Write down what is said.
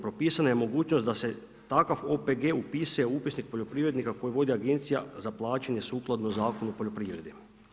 Propisana je mogućnost da se takav OPG upiše u upisnik poljoprivrednika koji vodi Agencija za plaćanje sukladno Zakonu o poljoprivredi.